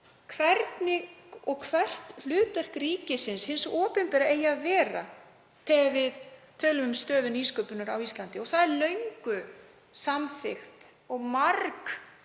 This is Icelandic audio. hvernig og hvert hlutverk ríkisins, hins opinbera, eigi að vera þegar við tölum um stöðu nýsköpunar á Íslandi. Það er löngu samþykktur og